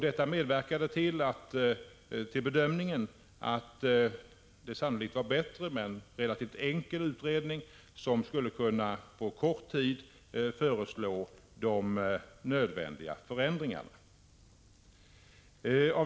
Det har medverkat till bedömningen att det sannolikt är bättre med en relativt enkel utredning som på kort tid skulle kunna föreslå de nödvändiga förändringarna.